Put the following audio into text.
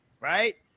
right